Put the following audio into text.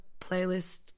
playlist